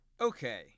Okay